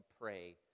pray